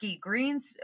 greens